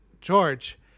George